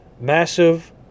massive